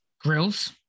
Grills